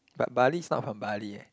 but barley is not from Bali eh